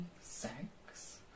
sex